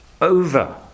over